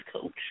coach